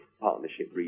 partnership